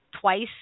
twice